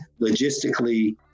logistically